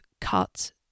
cut